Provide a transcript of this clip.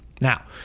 Now